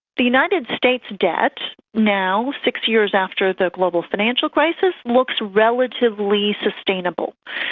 the united states debt now, six years after the global financial crisis, looks relatively sustainable.